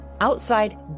Outside